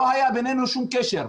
לא היה בינינו שום קשר,